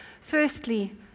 Firstly